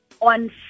On